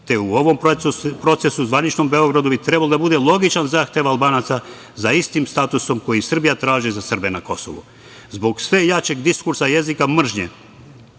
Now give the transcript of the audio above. te u ovom procesu zvaničnom Beogradu bi trebalo da bude logičan zahtev Albanaca za istim statusom koji Srbija traži za Srbe na Kosovu. Zbog sve jačeg diskursa jezika mržnje,